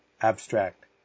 Abstract